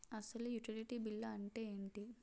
అసలు utility bill అంతే ఎంటి?